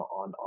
on